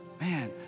man